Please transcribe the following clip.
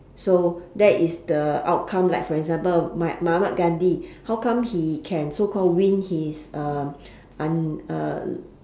so that is the outcome like for example ma~ mahatma-gandhi how come he can so called win his un uh